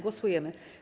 Głosujemy.